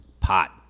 pot